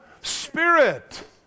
spirit